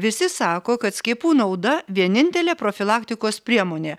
visi sako kad skiepų nauda vienintelė profilaktikos priemonė